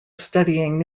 studying